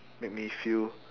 make me feel